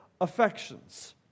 affections